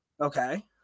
Okay